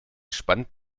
spannt